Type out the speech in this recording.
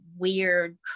weird